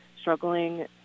struggling